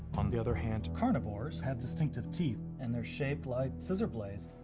on the other hand, carnivores have distinctive teeth and they're shaped like scissor blades.